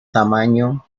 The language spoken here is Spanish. tamaño